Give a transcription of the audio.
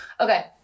Okay